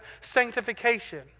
sanctification